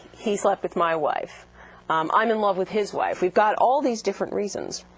he's left with my wife um i'm in love with his wife we've got all these different reasons